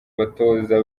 batoza